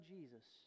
Jesus